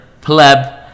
pleb